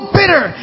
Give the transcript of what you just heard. bitter